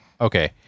okay